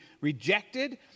rejected